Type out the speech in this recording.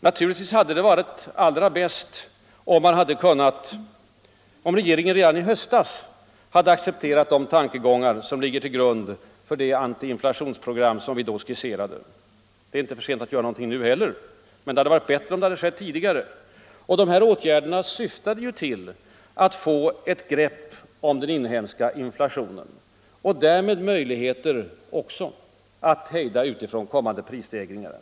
Naturligtvis hade det varit allra bäst om regeringen redan i höstas hade accepterat de tankegångar som ligger till grund för det antiinflationsprogram som vi då skisserade. Det är inte för sent att göra något nu heller, men det hade varit bättre om det skett tidigare. Våra åtgärder syftade ju till att få ett grepp om den inhemska inflationen och därmed också möjligheter att hejda utifrån kommande prisstegringar.